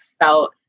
felt